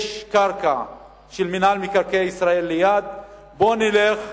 יש קרקע של מינהל מקרקעי ישראל ליד, בוא נלך,